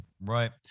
Right